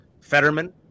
Fetterman